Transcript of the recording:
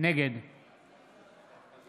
נגד שמחה רוטמן, אינו